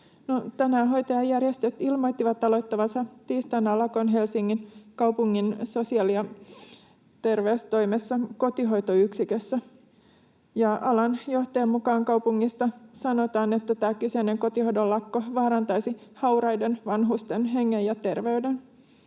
tänään hoitajajärjestöt ilmoittivat aloittavansa tiistaina lakon Helsingin kaupungin sosiaali- ja terveystoimessa kotihoitoyksikössä. Alan johtajan mukaan kaupungista sanotaan, että tämä kyseinen kotihoidon lakko vaarantaisi hauraiden vanhusten hengen ja terveyden.